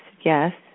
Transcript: yes